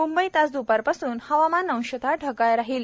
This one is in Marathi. मुंबईत आज दुपारपासून हवामान अंशतः ढगाळ राहील